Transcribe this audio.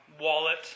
wallet